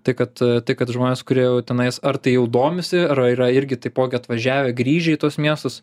tai kad tai kad žmonės kurie jau tenais ar tai jau domisi ar yra irgi taipogi atvažiavę grįžę į tuos miestus